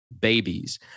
babies